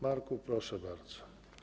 Marku, proszę bardzo.